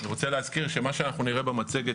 אני רוצה להזכיר שמה שאנחנו נראה במצגת